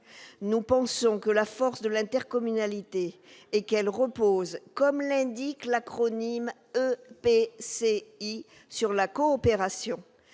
Nous pensons que la force de l'intercommunalité est de reposer, comme l'indique le sigle « EPCI », sur la coopération.